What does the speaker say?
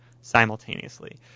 simultaneously